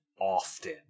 often